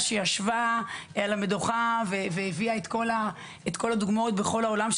שישבה על המדוכה והביאה דוגמאות מכל העולם,